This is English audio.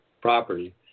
property